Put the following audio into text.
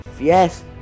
Yes